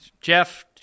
Jeff